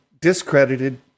discredited